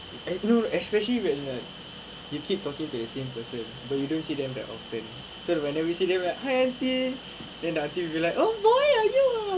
eh no no especially when uh you keep talking to the same person but you don't see them that often so whenever you see them hi aunty and then the aunty will be like oh boy are you ah